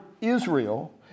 Israel